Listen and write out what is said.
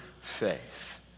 faith